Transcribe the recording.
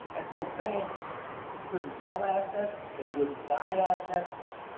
and so, banks couldn't sell assets, they wouldn't buy assets,